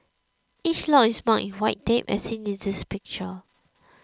each lot is marked in white tape as seen in this picture